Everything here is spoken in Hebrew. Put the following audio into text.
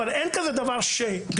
אין כזה דבר שגננת